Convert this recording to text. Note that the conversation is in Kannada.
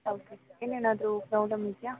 ಓಕೆ ಇನ್ನೇನಾದರೂ ಪ್ರಾಬ್ಲಮ್ ಇದೆಯಾ